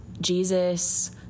Jesus